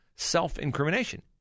self-incrimination